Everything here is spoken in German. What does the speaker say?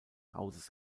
hauses